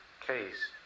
case